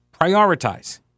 Prioritize